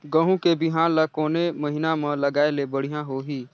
गहूं के बिहान ल कोने महीना म लगाय ले बढ़िया होही?